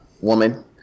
woman